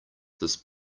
this